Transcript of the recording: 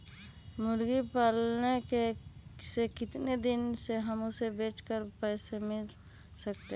मुर्गी पालने से कितने दिन में हमें उसे बेचकर पैसे मिल सकते हैं?